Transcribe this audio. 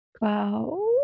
Wow